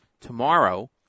tomorrow